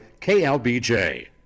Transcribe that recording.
KLBJ